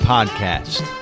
Podcast